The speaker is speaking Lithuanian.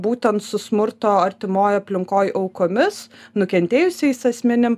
būtent su smurto artimoj aplinkoj aukomis nukentėjusiais asmenim